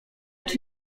czy